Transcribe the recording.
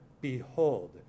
behold